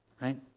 right